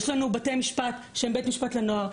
יש לנו בתי משפט שהם בתי משפט לנוער.